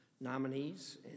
nominees